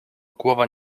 głowa